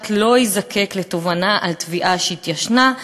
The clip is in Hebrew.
לא יזדקק לתובענה על תביעה שהתיישנה,